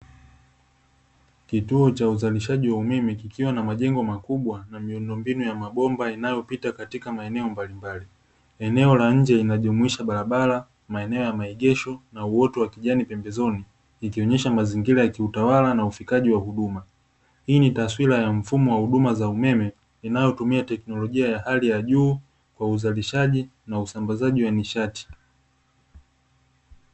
Kituo cha uzalishaji umeme kikiwa na majengo makubwa na miundombinu ya mabomba yanayopita katika maeneo mbalimbali, eneo la nje linajumuisha barabara na maeneo ya maegesho na uoto wa kijani pembezoni ikionyesha mazingira yakiutwala na ufikaji wa huduma. Hii ni taswira ya mfumo wa huduma za umeme unatumia teknolojia ya hali ya juu ya uzalishaji na usambazaji wa nishati